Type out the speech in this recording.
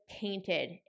painted